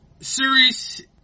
series